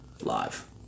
live